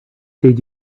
did